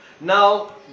Now